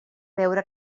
veure